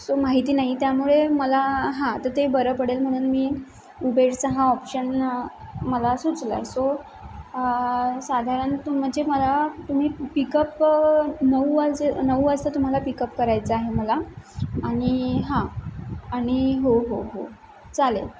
so माहिती नाही त्यामुळे मला हां तं ते बरं पडेल म्हणून मी उबेडचा हा ऑप्शन मला सुचला सो साधारण म्हणजे मला तुम्ही पिकअप नऊ वाजे नऊ वाजता तुम्हाला पिकअप करायचं आहे मला आणि हां आणि हो हो हो चालेल